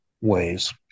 ways